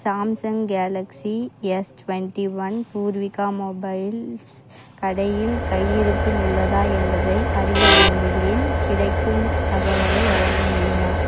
Samsung Galaxy S twenty one Poorvika mobiles கடையில் கையிருப்பில் உள்ளதா என்பதை அறிய விரும்புகிறேன் கிடைக்கும் தகவலை வழங்க முடியுமா